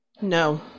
No